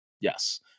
Yes